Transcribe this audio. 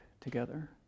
together